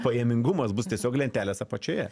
pajamingumas bus tiesiog lentelės apačioje